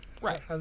right